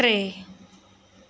टे